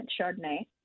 Chardonnay